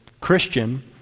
Christian